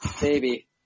Baby